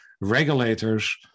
regulators